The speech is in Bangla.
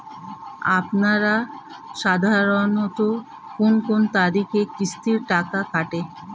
আপনারা সাধারণত কোন কোন তারিখে কিস্তির টাকা কাটে?